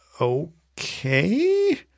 okay